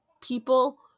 people